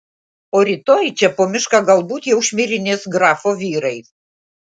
o rytoj čia po mišką galbūt jau šmirinės grafo vyrai